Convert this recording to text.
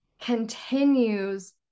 continues